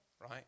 right